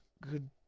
Good